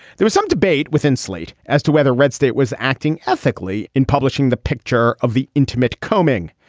there was some debate within slate as to whether red state was acting ethically in publishing the picture of the intimate combing.